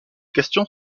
questions